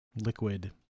liquid